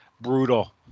brutal